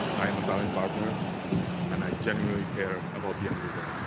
i am a silent partner and i genuinely care about the end result